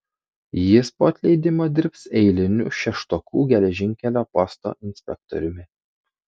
jis po atleidimo dirbs eiliniu šeštokų geležinkelio posto inspektoriumi